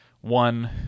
one